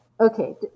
Okay